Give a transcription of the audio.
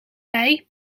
bij